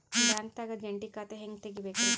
ಬ್ಯಾಂಕ್ದಾಗ ಜಂಟಿ ಖಾತೆ ಹೆಂಗ್ ತಗಿಬೇಕ್ರಿ?